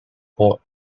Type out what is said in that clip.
court